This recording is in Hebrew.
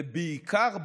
ובעיקר בערבה,